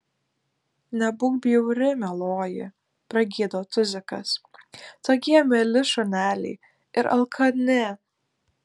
nebūk bjauri mieloji pragydo tuzikas tokie mieli šuneliai ir alkani